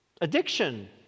addiction